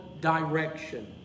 direction